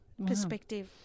perspective